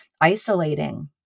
isolating